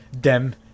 dem